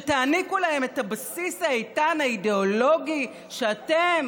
שתעניקו להם את הבסיס האיתן האידיאולוגי שאתם,